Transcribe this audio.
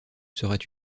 serait